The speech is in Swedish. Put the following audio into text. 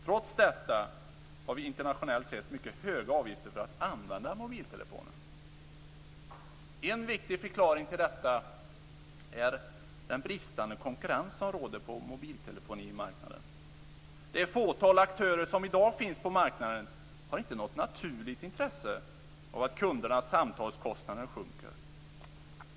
Trots detta har vi internationellt sett mycket höga avgifter för att använda mobiltelefonen. En viktig förklaring till detta är den bristande konkurrens som råder på mobiltelefonimarknaden. Det fåtal aktörer som i dag finns på marknaden har inte något naturligt intresse av att kundernas samtalskostnader sjunker.